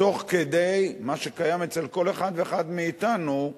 תוך כדי מה שקיים אצל כל אחד ואחד מאתנו,